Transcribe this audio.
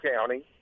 County